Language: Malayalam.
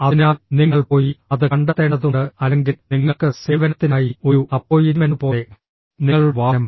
അതിനാൽ നിങ്ങൾ പോയി അത് കണ്ടെത്തേണ്ടതുണ്ട് അല്ലെങ്കിൽ നിങ്ങൾക്ക് സേവനത്തിനായി ഒരു അപ്പോയിന്റ്മെന്റ് പോലെ നിങ്ങളുടെ വാഹനം